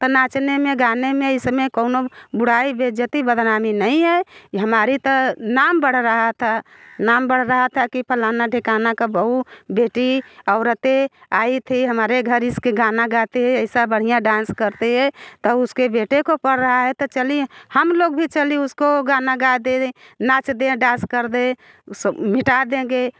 तो नाचने में गाने में इसमे कउनो बुराई बेज्जती बदनामी नहीं है हमारी तो नाम बढ़ रहा था नाम बढ़ रहा था कि फलाना ढिकाना का बहु बेटी औरते आये थे हमारे घर इसके गाना गाते ऐसा बढ़िया डांस करते तो उसके बेटे को पड़ रहा है तो चलिए हम लोग भी चली उसको गाना गा दे नाच दे डांस कर दे उस मिटा देंगे